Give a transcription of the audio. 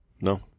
No